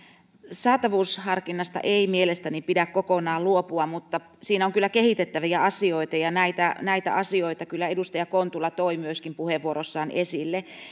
saatavuusharkinnasta ei mielestäni pidä kokonaan luopua mutta siinä on kyllä kehitettäviä asioita ja näitä näitä asioita kyllä edustaja kontula toi myöskin puheenvuorossaan esille